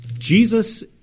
Jesus